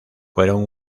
fueron